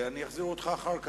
ואני אחזיר אותך אחר כך.